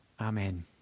Amen